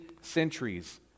centuries